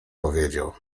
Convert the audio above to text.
powiedział